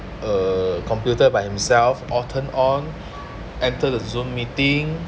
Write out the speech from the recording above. uh computer by himself or turn on enter the zoom meeting